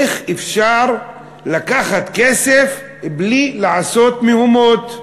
איך אפשר לקחת כסף בלי לעשות מהומות?